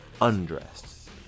undressed